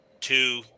two